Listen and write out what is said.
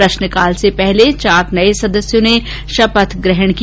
प्रश्नकाल से पहले चार नए सदस्यों ने शपथ ग्रहण की